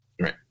Right